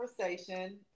conversation